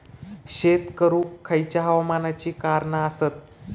शेत करुक खयच्या हवामानाची कारणा आसत?